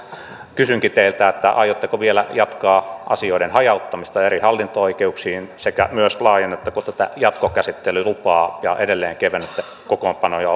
kysynkin teiltä aiotteko vielä jatkaa asioiden hajauttamista eri hallinto oikeuksiin sekä laajennatteko tätä jatkokäsittelylupaa ja edelleen kevennätte kokoonpanoja